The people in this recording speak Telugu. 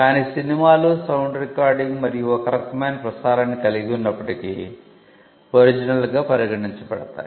కాని సినిమాలు సౌండ్ రికార్డింగ్ మరియు ఒకరకమైన ప్రసారాన్ని కలిగి ఉన్నప్పటికీ ఒరిజినల్గా పరిగణించబడతాయి